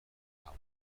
هوا